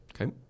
Okay